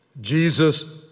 Jesus